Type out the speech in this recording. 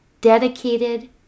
dedicated